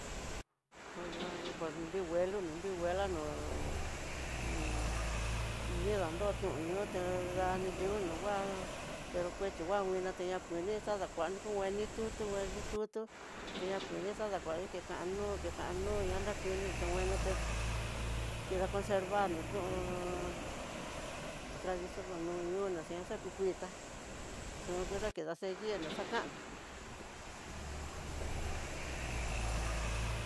Poxdan no ni nguelo no ri nguela no nrida nrónoto ñoté danyu'ú no ngua pero kueti ngua nguina teña nguini xadakua ku ngueni tutu ngueni tutu tiuña kuani xadakua kekanó kenkano kekañoña nrukueni xhiti nguenote kida consevar nrutun tradición naxa ku kuita xontuta kida seguir, noxakano uj.